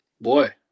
Boy